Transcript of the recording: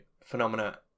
phenomena